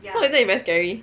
so isn't it very very scary